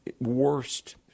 worst